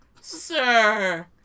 Sir